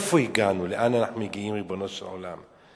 לאן הגענו, לאן אנחנו מגיעים, ריבונו של עולם.